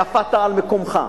קפאת על מקומך.